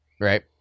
right